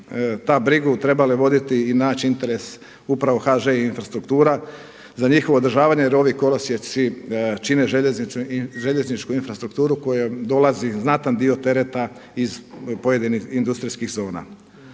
ta brigu trebale voditi i naći interes upravo HŽ Infrastruktura za njihovo održavanje jer ovi kolosijeci čine željezničku infrastrukturu kojom dolazi znatan dio tereta iz pojedinih industrijskih zona.